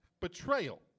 betrayal